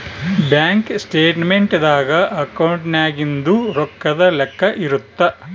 bank statement ದಾಗ ಅಕೌಂಟ್ನಾಗಿಂದು ರೊಕ್ಕದ್ ಲೆಕ್ಕ ಇರುತ್ತ